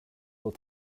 will